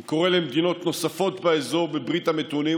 אני קורא למדינות נוספות באזור בברית המתונים,